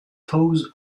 toes